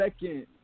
second